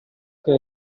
che